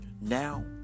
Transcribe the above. Now